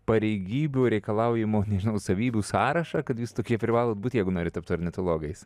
pareigybių reikalaujamų nežinau savybių sąrašą kad jūs tokie privalot būti jeigu nori tapti ornitologais